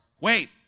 wait